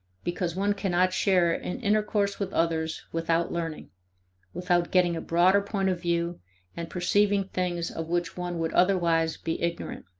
because one cannot share in intercourse with others without learning without getting a broader point of view and perceiving things of which one would otherwise be ignorant.